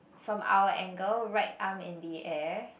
from our angle right arm in the air